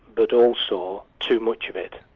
but also too much of it,